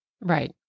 Right